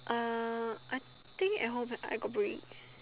uh I think at home I got bring